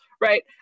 Right